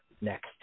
next